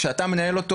כשאתה מנהל אותו,